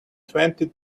twenty